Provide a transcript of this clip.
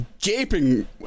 gaping